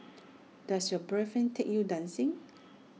does your boyfriend take you dancing